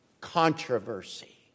controversy